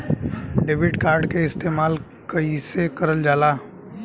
Debit card के इस्तेमाल कइसे करल जाला?